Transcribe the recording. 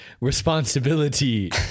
responsibility